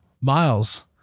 Miles